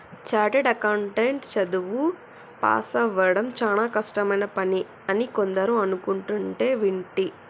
chartered account చదువు పాసవ్వడం చానా కష్టమైన పని అని కొందరు అనుకుంటంటే వింటి